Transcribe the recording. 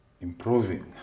improving